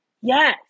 Yes